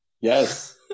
Yes